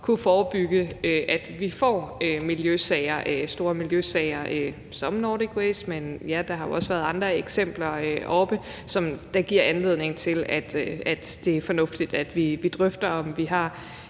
kunne forebygge, at vi får store miljøsager som Nordic Waste. Men der har jo også været andre eksempler oppe, som giver anledning til, at det er fornuftigt, at vi drøfter, om vi har